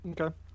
Okay